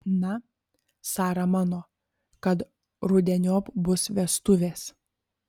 na sara mano kad rudeniop bus vestuvės